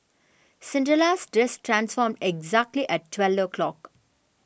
Cinderella's dress transformed exactly at twelve o'clock